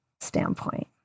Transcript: standpoint